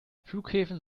flughäfen